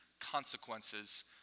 consequences